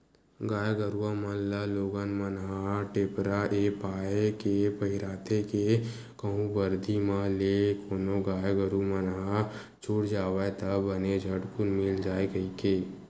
गाय गरुवा मन ल लोगन मन ह टेपरा ऐ पाय के पहिराथे के कहूँ बरदी म ले कोनो गाय गरु मन ह छूट जावय ता बने झटकून मिल जाय कहिके